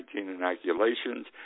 inoculations